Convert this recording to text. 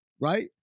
right